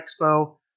Expo